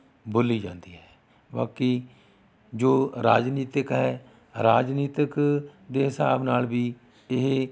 ਬੋਲੀ ਜਾਂਦੀ ਹੈ ਬਾਕੀ ਜੋ ਰਾਜਨੀਤਕ ਹੈ ਰਾਜਨੀਤਕ ਦੇ ਹਿਸਾਬ ਨਾਲ ਵੀ ਇਹ